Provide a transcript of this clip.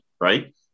right